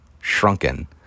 shrunken